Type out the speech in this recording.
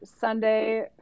sunday